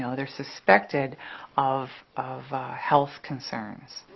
ah they're suspected of of health concerns.